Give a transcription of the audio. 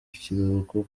kiruhuko